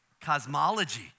cosmology